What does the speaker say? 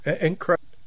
Incredible